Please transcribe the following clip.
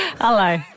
Hello